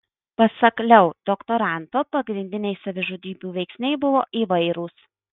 pasak leu doktoranto pagrindiniai savižudybių veiksniai buvo įvairūs